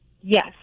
yes